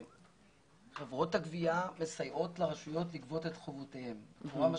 זה שחברות הגבייה מסייעות לרשויות לגבות את חובותיהן בצורה משמעותית.